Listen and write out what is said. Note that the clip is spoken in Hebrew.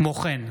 כמו כן,